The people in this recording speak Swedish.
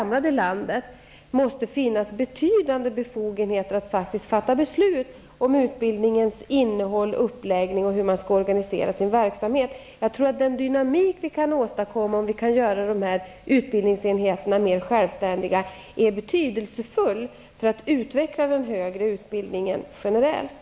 Jag tror att den dynamik vi kan åstadkomma om vi kan göra de utbildningsenheterna mer självständiga är betydelsefull för utvecklingen av den högre utbildningen generellt.